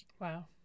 Wow